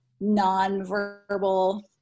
non-verbal